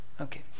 Okay